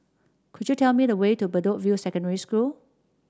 could you tell me the way to Bedok View Secondary School